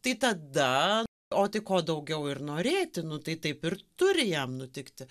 tai tada o tai ko daugiau ir norėti nu tai taip ir turi jam nutikti